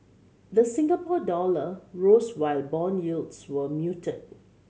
the Singapore dollar rose while bond yields were muted